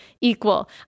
equal